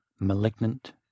malignant